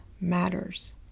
matters